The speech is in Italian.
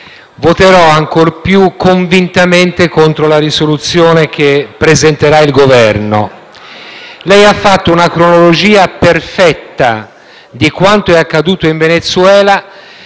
voterò ancor più convintamente contro la proposta di risoluzione che presenterà il Governo. Lei ha fatto una cronologia perfetta di quanto è accaduto in Venezuela,